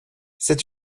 c’est